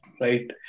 right